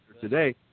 today